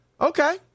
Okay